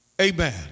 Amen